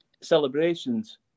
celebrations